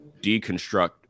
deconstruct